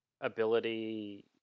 ability